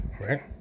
right